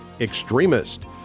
extremist